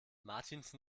martins